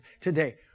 today